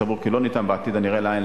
הסבור כי לא ניתן בעתיד הנראה לעין